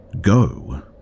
go